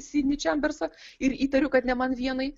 sidnį čembersą ir įtariu kad ne man vienai